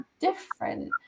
different